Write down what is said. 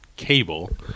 cable